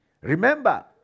Remember